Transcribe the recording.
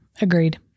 Agreed